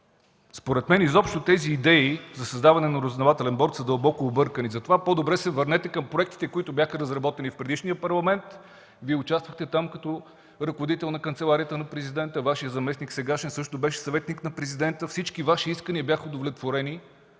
Според мен изобщо тези идеи за създаване на разузнавателен борд са дълбоко объркани, затова по-добре се върнете към проектите, разработени в предишния Парламент – Вие участвахте там като ръководител на канцеларията на Президента, сегашният Ви заместник също беше съветник на Президента, всички Ваши искания бяха удовлетворени